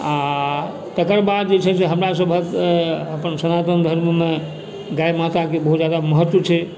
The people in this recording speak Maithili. आ तकर बाद जे छै हमरासभक अपन सनातन धर्ममे गाए माताके बहुत ज्यादा महत्व छै